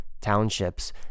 townships